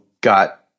got